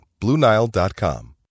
BlueNile.com